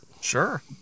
Sure